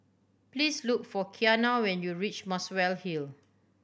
please look for Kiana when you reach Muswell Hill